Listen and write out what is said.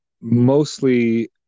mostly